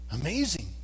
Amazing